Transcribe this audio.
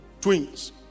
twins